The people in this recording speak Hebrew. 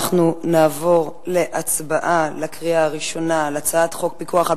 אנחנו נעבור להצבעה בקריאה הראשונה על הצעת חוק פיקוח על